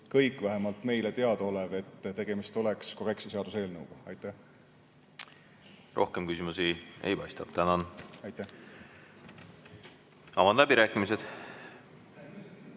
kõik, vähemalt meile teadaolev, et tegemist oleks korrektse seaduseelnõuga. Rohkem küsimusi ei paista. Tänan! Aitäh! Aitäh! Avan läbirääkimised.